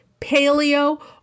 paleo